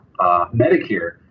Medicare